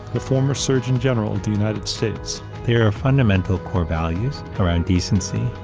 the former surgeon general of the united states. there are fundamental core values around decency,